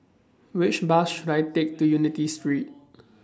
Which Bus should I Take to Unity Street